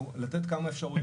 לתת כמה אפשרויות.